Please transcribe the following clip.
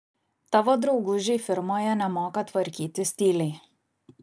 tavo draugužiai firmoje nemoka tvarkytis tyliai